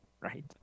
Right